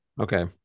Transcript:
Okay